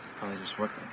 probably just worked,